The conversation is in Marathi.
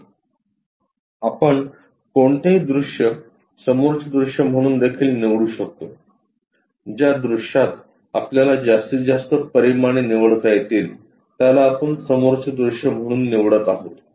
आपण कोणतेही दृश्य समोरचे दृश्य म्हणून देखील निवडू शकतो ज्या दृश्यात आपल्याला जास्तीत जास्त परिमाणे निवडता येतील त्याला आपण समोरचे दृश्य म्हणून निवडत आहोत